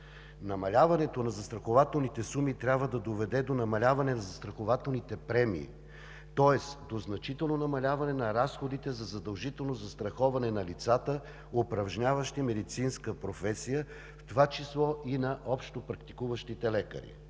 Намаляването на застрахователните суми трябва да доведе до намаляване на застрахователните премии, тоест до значително намаляване на разходите за задължително застраховане на лицата, упражняващи медицинска професия, в това число и на общопрактикуващите лекари.